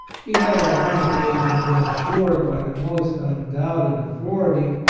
he had, on one occasion, been as sured, by the most undoubted authority,